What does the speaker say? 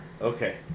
Okay